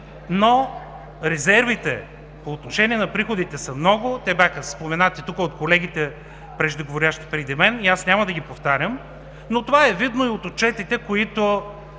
но резервите по отношение на приходите са много – бяха споменати от колегите, говорили преди мен и аз няма да ги повтарям. Това е видно и от отчетите по